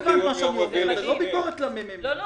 מה שאיפשר לנו לעקוב אחרי הרבה תוכניות